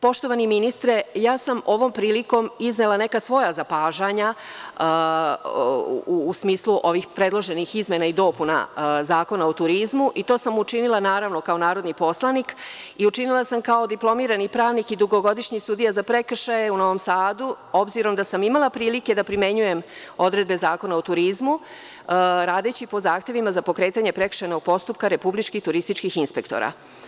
Poštovani ministre, ja sam ovom prilikom iznela neka svoja zapažanja u smislu ovih predloženih izmena i dopuna Zakona o turizmu i to sam učinila, naravno, kao narodni poslanik i učinila sam kao diplomirani pravnik i dugogodišnji sudija za prekršaje u Novom Sadu, obzirom da sam imala prilike da primenjujem odredbe Zakona o turizmu, radeći po zahtevima za pokretanje prekršajnog postupka republičkih turističkih inspektora.